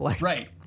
Right